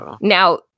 Now